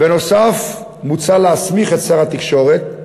בנוסף, מוצע להסמיך את שר התקשורת,